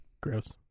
Gross